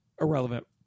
irrelevant